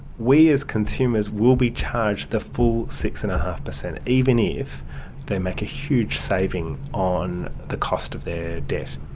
we as consumers will be charged the full six. and five percent, even if they make a huge saving on the cost of their debt.